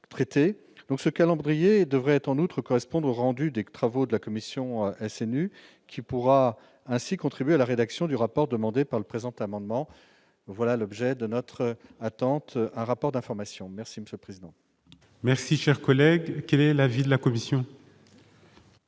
ce calendrier devrait en outre correspondre rendu travaux de la commission SNU, qui pourra ainsi contribuer à la rédaction du rapport demandé par le présent amendement, voilà l'objet de notre attente, un rapport d'information merci Monsieur le Président. Merci, cher collègue, quel est l'avis de la commission.